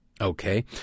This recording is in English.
okay